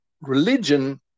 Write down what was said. religion